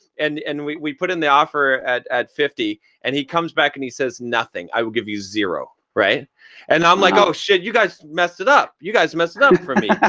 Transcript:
and and we put in the offer at at fifty and he comes back and he says, nothing. i will give you zero. and i'm like, oh shit. you guys messed it up. you guys messed it up for me.